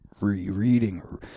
rereading